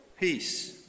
Peace